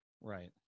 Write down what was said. right